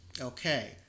Okay